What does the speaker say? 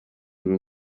rwo